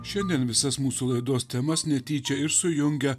šiandien visas mūsų laidos temas netyčia ir sujungia